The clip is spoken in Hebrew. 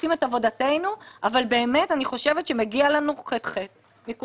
עושים את עבודתנו ואני חושבת שמגיע לנו כל הכבוד.